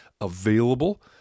available